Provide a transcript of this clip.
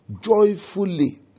Joyfully